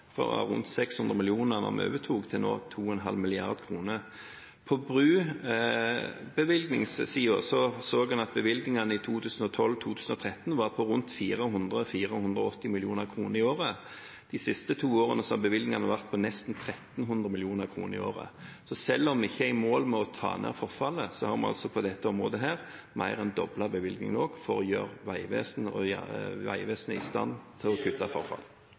rundt 600 mill. kr da vi overtok, til nå 2,5 mrd. kr. På brobevilgningssiden så en at bevilgningene i 2012/2013 var på rundt 400–480 mill. kr i året. De siste to årene har bevilgningene vært på nesten 1 300 mill. kr i året. Så selv om vi ikke er i mål med å ta ned forfallet, har vi altså på dette området mer enn doblet bevilgningene for å gjøre Vegvesenet i stand til å